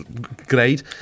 great